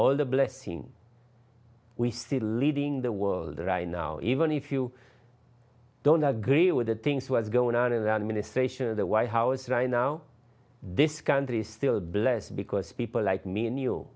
all the blessing we see leading the world right now even if you don't agree with the things was going on in the administration of the white house right now this country is still blessed because people like me and